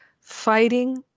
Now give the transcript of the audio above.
fighting